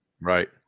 right